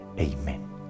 Amen